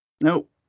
Nope